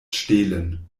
stehlen